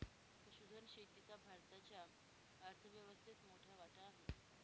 पशुधन शेतीचा भारताच्या अर्थव्यवस्थेत मोठा वाटा आहे